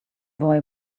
boy